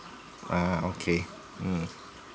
ah okay mm